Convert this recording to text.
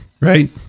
right